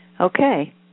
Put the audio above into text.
Okay